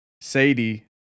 Sadie